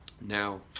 Now